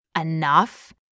enough